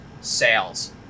sales